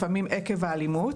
לפעמים עקב האלימות,